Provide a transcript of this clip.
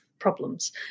problems